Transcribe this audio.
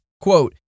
quote